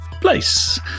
place